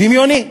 דמיוני.